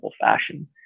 fashion